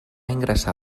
ingressar